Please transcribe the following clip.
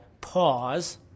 pause